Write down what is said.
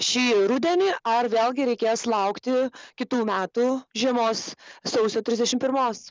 šį rudenį ar vėlgi reikės laukti kitų metų žiemos sausio trisdešim pirmos